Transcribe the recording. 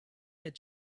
had